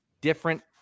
different